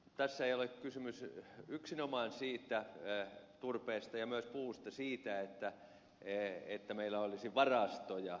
tässä ei ole kysymys yksinomaan siitä turpeesta tai myöskään puusta että meillä olisi varastoja